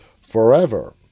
forever